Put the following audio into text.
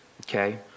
okay